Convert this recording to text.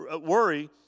worry